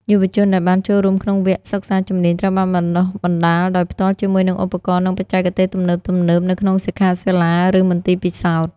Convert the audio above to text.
យុវជនដែលបានចូលរួមក្នុងវគ្គសិក្សាជំនាញ ត្រូវបានបណ្តុះបណ្តាលដោយផ្ទាល់ជាមួយនឹងឧបករណ៍ និងបច្ចេកទេសទំនើបៗនៅក្នុងសិក្ខាសាលា ឬមន្ទីរពិសោធន៍។